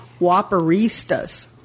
whopperistas